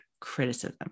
criticism